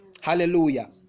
Hallelujah